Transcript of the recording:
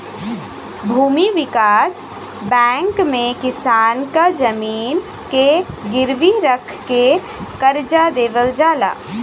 भूमि विकास बैंक में किसान क जमीन के गिरवी रख के करजा देवल जाला